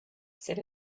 said